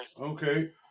okay